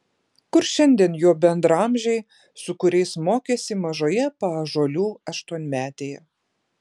kur šiandien jo bendraamžiai su kuriais mokėsi mažoje paąžuolių aštuonmetėje